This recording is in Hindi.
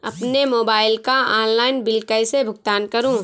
अपने मोबाइल का ऑनलाइन बिल कैसे भुगतान करूं?